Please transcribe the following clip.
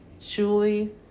Julie